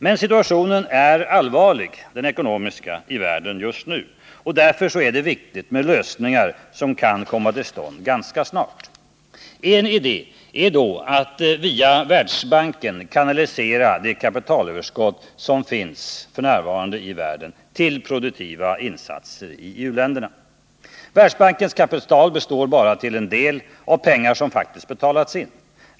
Men den ekonomiska situationen i världen just nu är allvarlig, och därför är det viktigt med lösningar som kan komma till stånd ganska snart. En idé är då att via Världsbanken kanalisera de kapitalöverskott som finns i världen f.n. till produktiva insatser i u-länderna. Världsbankens kapital består bara till en del av pengar som faktiskt betalats in.